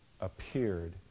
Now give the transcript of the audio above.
appeared